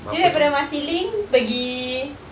you daripada marsiling pergi